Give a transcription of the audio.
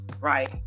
right